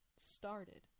started